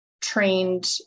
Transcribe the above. trained